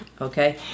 okay